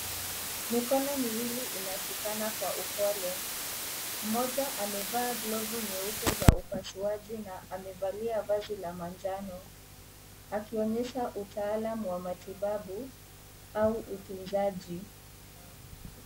Mikono miwili inashikana kwa upole. Mmoja amevaa glovu nyeupe za upasuaji na amevalia vazi la manjano. Akionyesha utaalamu wa matibabu au utunzaji.